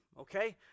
okay